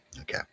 Okay